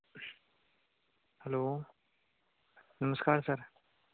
hello नमस्कार sir